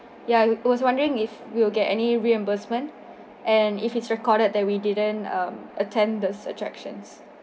ya I was wondering if we will get any reimbursement and if it's recorded that we didn't uh attend the attraction